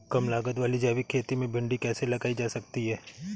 कम लागत वाली जैविक खेती में भिंडी कैसे लगाई जा सकती है?